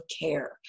care